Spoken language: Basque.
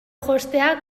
jostea